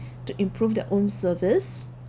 to improve their own service